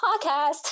podcast